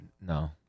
No